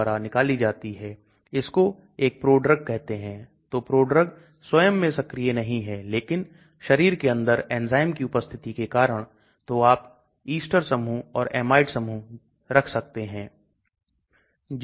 ध्रुवीय समूहों को जोड़ें इसलिए हम ध्रुवीयसमूह को जोड़ सकते हैं इसका अर्थ है कि हम ऑक्सीजन और नाइट्रोजन को जोड़ सकते हैं इस मॉलिक्यूल को देखें इसमें 1 ऑक्सीजन 2 नाइट्रोजन मिला है घुलनशीलता 062 है